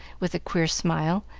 with a queer smile,